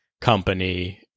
company